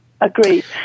Agreed